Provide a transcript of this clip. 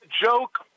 Joke